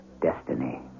destiny